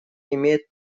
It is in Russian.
имеют